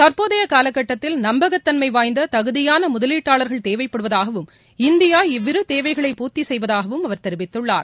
தற்போதைய காலக்கட்டத்தில் நம்பகத்தன்மை வாய்ந்த தகுதியான முதலீட்டாளர்கள் தேவைப்படுவதாகவும் இந்தியா இவ்விரு தேவைகளை பூர்த்தி செய்வதாகவும் அவர் தெரிவித்துள்ளார்